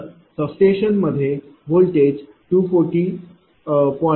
तर सबस्टेशन मध्ये व्होल्टेज 240